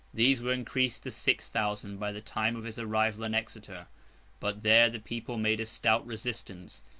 these were increased to six thousand by the time of his arrival in exeter but, there the people made a stout resistance,